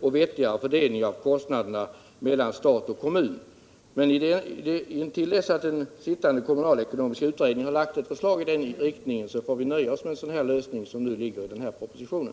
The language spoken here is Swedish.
vettigare fördelning av kostnaderna mellan stat och kommun. Intill dess att den kommunalekonomiska utredningen har lagt fram ett förslag i den riktningen får vi nöja oss med den lösning som föreslås i propositionen.